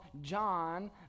John